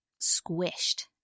squished